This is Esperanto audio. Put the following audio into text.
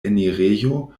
enirejo